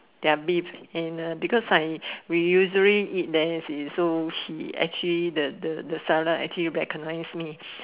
their beef and because I we usually eat there is so he actually the the the seller recognize me